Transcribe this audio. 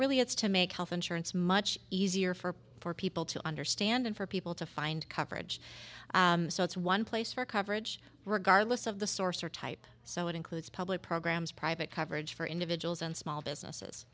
really it's to make health insurance much easier for for people to understand and for people to find coverage so it's one place for coverage regardless of the source or type so it includes public programs private coverage for individuals and small businesses